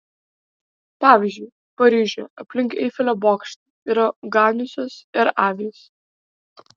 pavyzdžiui paryžiuje aplink eifelio bokštą yra ganiusios ir avys